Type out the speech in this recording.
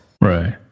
Right